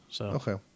Okay